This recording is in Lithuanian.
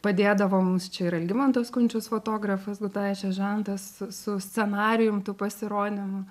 padėdavo mums čia ir algimantas kunčius fotografas gudaičio žentas su scenarijum tų pasirodymų